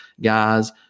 guys